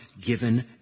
given